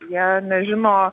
jie nežino